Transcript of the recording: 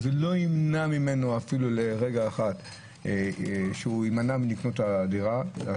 זה לא ימנע ממנו אפילו לרגע אחד לרכוש דירה.